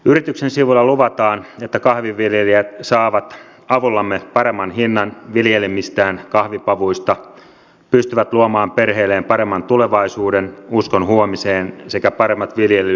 yrityksen sivuilla luvataan että kahvinviljelijät saavat paremman hinnan viljelemistään kahvipavuista pystyvät luomaan perheilleen paremman tulevaisuuden uskon huomiseen sekä paremmat viljely ja elinolosuhteet